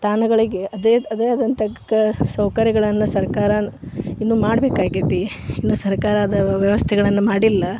ತಾಣಗಳಿಗೆ ಅದೇ ಅದೆ ಆದಂಥ ಕ ಸೌಕರ್ಯಗಳನ್ನು ಸರ್ಕಾರ ಇನ್ನು ಮಾಡಬೇಕಾಗೇತಿ ಇನ್ನು ಸರ್ಕಾರದ ವ್ಯವಸ್ಥೆಗಳನ್ನು ಮಾಡಿಲ್ಲ